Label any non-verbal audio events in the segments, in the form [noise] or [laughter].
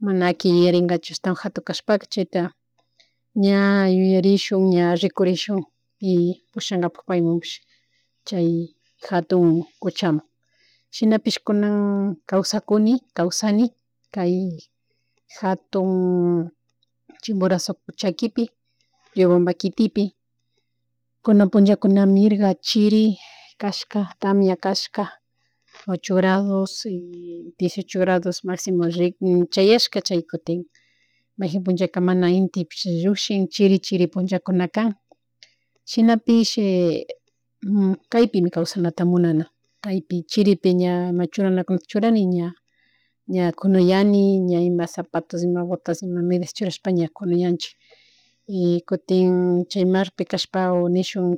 Mana aqui yuyaringaku hastawan jatun kashpashka chayta [noise] ña yuyarishuk ña rikurishun y pushankapak paymunpish chay jatun kuchamun, [noise] shinapish kuna kawsakuni, kawsani kay jatun [hesitation] Chimborazo chaquipi Riobamba kitipi, kunan punllakuna mirga chiri, [noise] kashka, tamia kashka ocho grados y dieciocho grados maximo [hesitation] chayashka chaya kutin [noise] mayjin punllaka mana intipish llukshin chiri, chiri punllakunakan [noise] shinapish [hesitation] kaypimi kawsanata munana, kaypi chiripi ña ima churanakunata churani ña [noise] ña kunuyani ña ima zapatos, ima botas, ima medias churashpa ña kunuyanchik y [hesitation] kutin chay mar kashpaka o nishun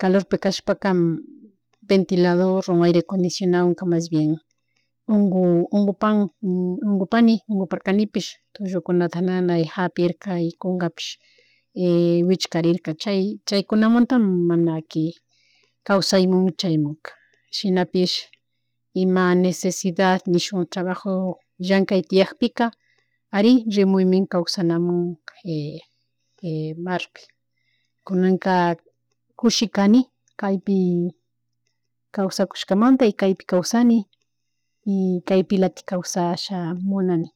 calorpi kashpaka [hesitation] ventiladorwan aire condisionadowan mas bien ungu ungupan ungupani unguparkanishpi tullukunata nanay japirka y kungapish [hesitation] wichkarirka chay, chaykunamuta mana aki [noise] kawsamun chaymunka shinapish ima necesidad nishun trabajo llankay tiyakpika ari rimuymin kawsanamun [hesitation] marpi. [noise] Kunanka kushi kani kaypi kawsakushkamanta y kaypi kawsani y kaypilatik kawsasha munani.